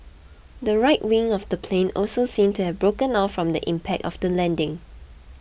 the right wing of the plane also seemed to have broken off from the impact of the landing